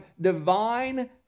divine